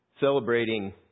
celebrating